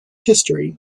history